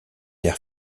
l’air